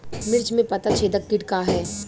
मिर्च में पता छेदक किट का है?